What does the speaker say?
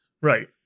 Right